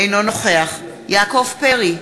אינו נוכח יעקב פרי,